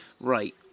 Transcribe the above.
Right